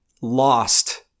lost